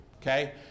okay